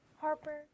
Harper